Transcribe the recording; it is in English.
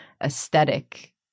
aesthetic